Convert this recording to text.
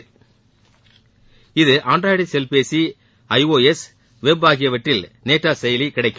இந்த செயலி ஆண்ட்ராய்டு செல்பேசி ஐ ஒ எஸ் வெப் ஆகியவற்றில் நேத்தா செயலி கிடைக்கும்